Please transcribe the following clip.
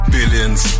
Billions